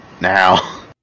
now